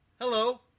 hello